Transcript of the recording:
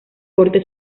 corte